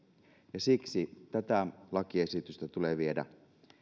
ja siksi tätä lakiesitystä tulee viedä